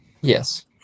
Yes